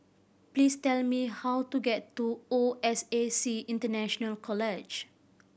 please tell me how to get to O S A C International College